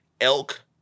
elk